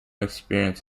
experience